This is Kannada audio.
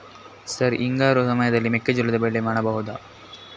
ಸರ್ ಹಿಂಗಾರು ಸಮಯದಲ್ಲಿ ಮೆಕ್ಕೆಜೋಳದ ಬೆಳೆ ಮಾಡಬಹುದಾ?